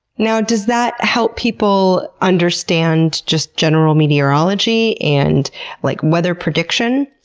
now, does that help people understand just general meteorology and like weather prediction?